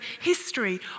history